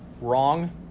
wrong